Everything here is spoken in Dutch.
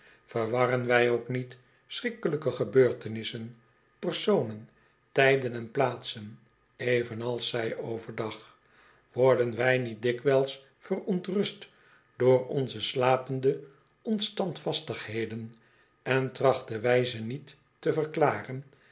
verwarren wij ook niet schrikkelijke gebeurtenissen personen tijden en plaatsen evenals zij over dag worden wij niet dikwijls verontrust door onze slapende onstandvastigheden en trachten wij ze niet te verklaren